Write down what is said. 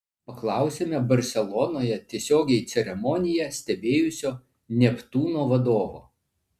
paklausėme barselonoje tiesiogiai ceremoniją stebėjusio neptūno vadovo